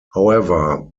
however